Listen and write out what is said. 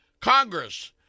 Congress